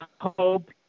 hope